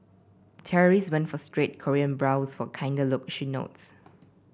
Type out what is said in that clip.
terrorist went for straight Korean brows for kinder look she notes